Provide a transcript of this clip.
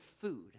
food